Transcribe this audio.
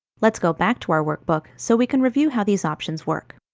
let's go back to our workbook, so we can review how these options work.